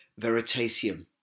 Veritasium